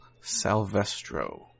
Salvestro